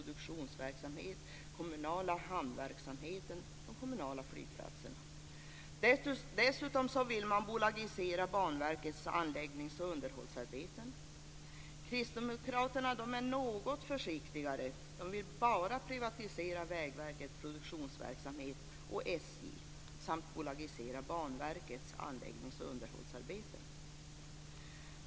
Dessutom vill de bolagisera Banverkets anläggningsoch underhållsarbeten. Kristdemokraterna är något försiktigare. Det vill bara privatisera Vägverkets produktionsverksamhet och SJ samt bolagisera Banverkets anläggnings och underhållsarbeten.